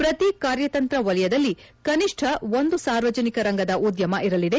ಪ್ರತಿ ಕಾರ್ಯತಂತ್ರ ವಲಯದಲ್ಲಿ ಕನಿಷ್ಣ ಒಂದು ಸಾರ್ವಜನಿಕ ರಂಗದ ಉದ್ಯಮ ಇರಲಿದೆ